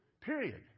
Period